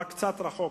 רק קצת רחוק,